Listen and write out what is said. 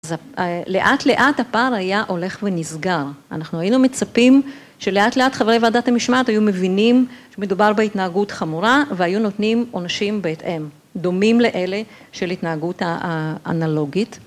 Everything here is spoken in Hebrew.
אז לאט-לאט הפער היה הולך ונסגר, אנחנו היינו מצפים שלאט-לאט חברי ועדת המשמעת היו מבינים שמדובר בהתנהגות חמורה והיו נותנים עונשים בהתאם, דומים לאלה של התנהגות האנלוגית